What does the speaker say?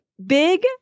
big